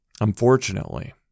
unfortunately